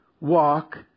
walk